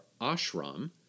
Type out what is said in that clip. ashram